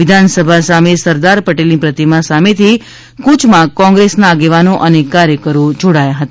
વિધાનસભા સામે સરદાર પટેલની પ્રતિમા સામેથી કુચમાં કોંગ્રેસના આગેવાનો અને કાર્યકરો જોડાયા હતા